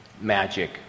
Magic